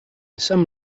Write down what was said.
some